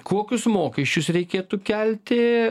kokius mokesčius reikėtų kelti